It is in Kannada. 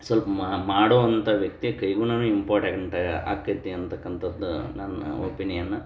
ಸ್ವಲ್ಪ ಮಾಡುವಂಥ ವ್ಯಕ್ತಿಯ ಕೈಗುಣನೂ ಇಂಪಾರ್ಟೆಂಟ ಆಕ್ತೈತಿ ಅಂತಕ್ಕಂಥದ್ದು ನನ್ನ ಒಪೀನಿಯನ್ನು